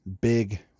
big